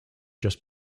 just